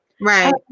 Right